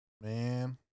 man